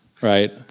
right